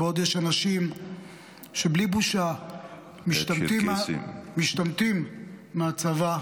-- בעוד יש אנשים שבלי בושה משתמטים מהצבא.